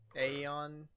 Aeon